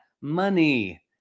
money